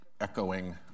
echoing